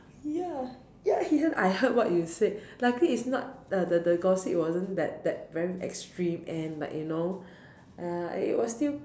ya he heard I heard what you said luckily is not the the the gossip wasn't that that very extreme end like you know uh it was still